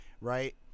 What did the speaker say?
Right